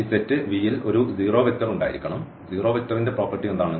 ഈ set V ൽ ഒരു 0 വെക്റ്റർ ഉണ്ടായിരിക്കണം 0 വെക്റ്റർന്റെ പ്രോപ്പർട്ടി എന്താണ്